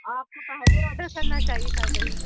آپ کو پہلے آرڈر کرنا چاہیے تھا دہی